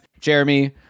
Jeremy